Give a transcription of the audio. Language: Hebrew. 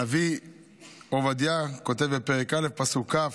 הנביא עובדיה כותב בפרק א', פסוק כ':